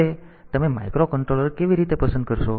હવે તમે માઇક્રોકંટ્રોલર કેવી રીતે પસંદ કરશો